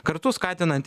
kartu skatinant